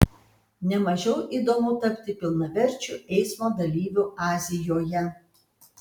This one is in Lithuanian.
ne mažiau įdomu tapti pilnaverčiu eismo dalyviu azijoje